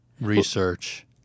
research